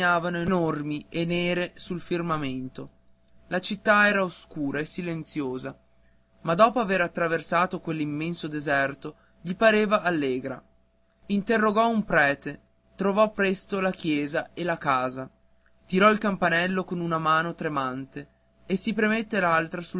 enormi e nere sul firmamento la città era oscura e silenziosa ma dopo aver attraversato quell'immenso deserto gli pareva allegra interrogò un prete trovò presto la chiesa e la casa tirò il campanello con una mano tremante e si premette